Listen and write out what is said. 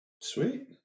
sweet